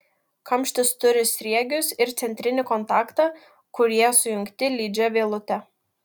kamštis turi sriegius ir centrinį kontaktą kurie sujungti lydžia vielute